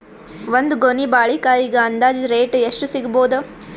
ಒಂದ್ ಗೊನಿ ಬಾಳೆಕಾಯಿಗ ಅಂದಾಜ ರೇಟ್ ಎಷ್ಟು ಸಿಗಬೋದ?